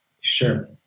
Sure